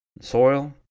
soil